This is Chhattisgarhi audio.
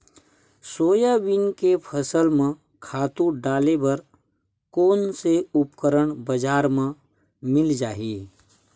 सोयाबीन के फसल म खातु डाले बर कोन से उपकरण बजार म मिल जाहि?